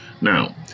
Now